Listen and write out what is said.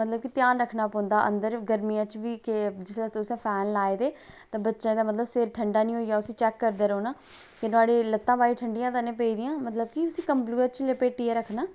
मतलव कि ध्यान रक्खना पौंदा अन्दर गर्मियें च बी के जिसलै तुसें फैन लाए दे ते बच्चें दा मतलव सिर ठण्डा नी होई जा उसी चैक करदे रौह्ना के न्हाड़ियां लत्तां बाहीं ठण्डियां ता नी पेई दियां मतलव कि उसी कम्बलुए च लपेटियै रक्खना